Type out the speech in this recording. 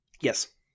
Yes